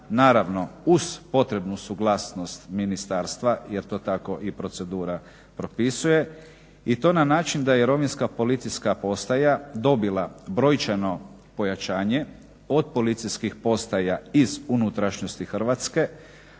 naravno uz potrebnu suglasnost ministarstva jer to tako procedura i propisuje i to na način da je Rovinjska policijska postaja dobila brojčano pojačanje od policijskih postaja iz unutrašnjosti Hrvatske